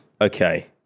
Okay